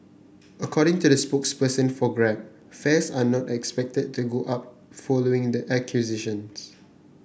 according to a spokesperson for Grab fares are not expected to go up following the acquisitions